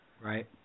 Right